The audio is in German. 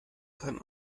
kann